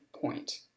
point